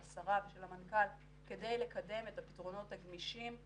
של השרה והמנכ"ל, כדי לקדם את הפתרונות הגמישים,